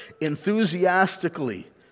enthusiastically